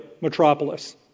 metropolis